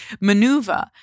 maneuver